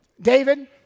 David